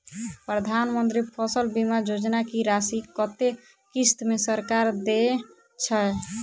प्रधानमंत्री फसल बीमा योजना की राशि कत्ते किस्त मे सरकार देय छै?